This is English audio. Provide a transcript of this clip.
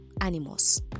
animals